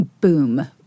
boom